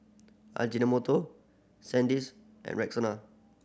Ajinomoto Sandisk and Rexona